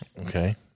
Okay